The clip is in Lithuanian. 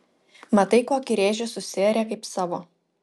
matai kokį rėžį susiarė kaip savo